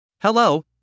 Hello